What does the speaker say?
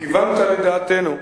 כיוונת לדעתנו.